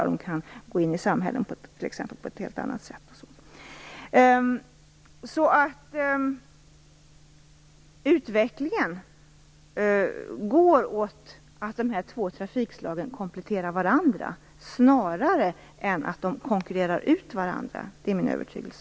Bussarna kan t.ex. gå in i samhällen på ett helt annat sätt. Utvecklingen går alltså mot att de här två trafikslagen kompletterar varandra snarare än mot att de konkurrerar ut varandra. Det är min övertygelse.